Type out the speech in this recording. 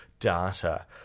Data